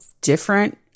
different